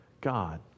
God